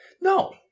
No